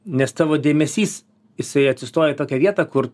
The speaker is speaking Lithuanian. nes tavo dėmesys jisai atsistoja į tokią vietą kur